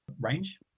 range